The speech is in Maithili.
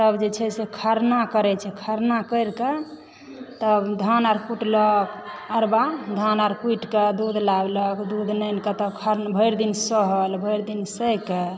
तब जे छै से खरना करय छै खरना करिके तब धान आर कुटलक अरवा धान आर कुटिके दूध लायलक दूध लानिकऽ तब भरि दिन सहल भरि दिन सहिके